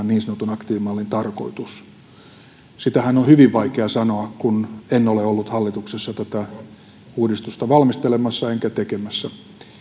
niin sanotun aktiivimallin tarkoitus sitähän on hyvin vaikea sanoa kun en ole ollut hallituksessa tätä uudistusta valmistelemassa enkä tekemässä